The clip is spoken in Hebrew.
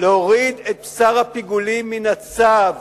להוריד את בשר הפיגולים מן הצו.